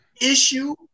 issue